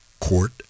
Court